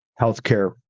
healthcare